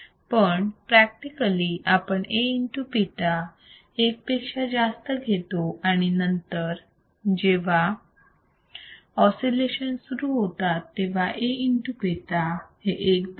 पण प्रॅक्टिकली आपण Aβ एक पेक्षा जास्त घेतो आणि नंतर जेव्हा ऑसिलेशन सुरु होतात तेव्हा Aβ हे एक बनते